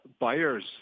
buyers